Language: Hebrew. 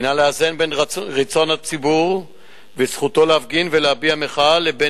הינה לאזן בין רצון הציבור וזכותו להפגין ולהביע מחאה לבין